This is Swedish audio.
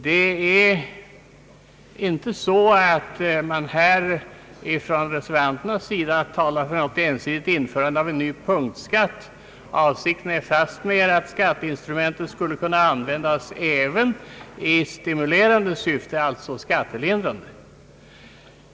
Reservanterna talar inte för något ensidigt införande av en ny punktskatt. Avsikten är fastmer att skatteinstrumentet skulle kunna användas även i stimulerande syfte, alltså skattelindrande.